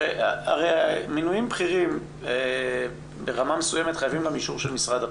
הרי מינויים בכירים ברמה מסוימת חייבים גם אישור של משרד הפנים.